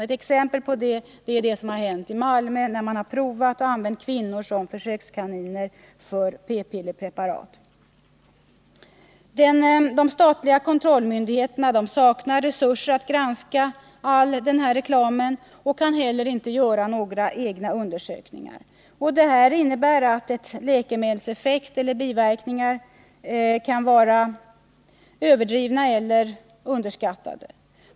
Ett exempel på detta är vad som hänt i Malmö, där man har använt kvinnor såsom försökskaniner för ett p De statliga kontrollmyndigheterna saknar resurser att granska all reklam och kan inte heller göra egna undersökningar. Detta innebär att ett läkemedels effekt eller biverkningar kan vara överdrivna eller underskattade.